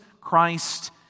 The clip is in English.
Christ